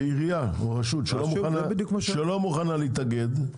רשות שלא מוכנה להתאגד,